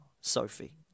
Sophie